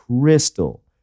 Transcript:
crystal